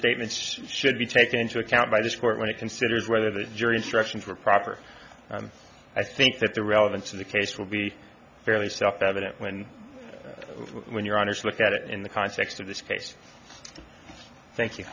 statements should be taken into account by this court when it considers whether the jury instructions were proper and i think that the relevance of the case will be fairly self evident when when you're honest look at it in the context of this case thank you